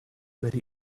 very